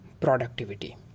productivity